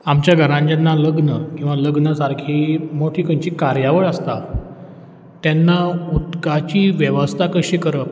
आमच्या घरांत जेन्ना लग्न किंवां लग्न सारकीं मोठी खंयचीय कार्यावळ आसता तेन्ना उदकाची वेवस्था कशी करप